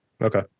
Okay